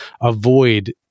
avoid